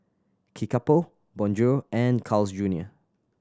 Kickapoo Bonjour and Carl's Junior